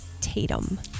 Tatum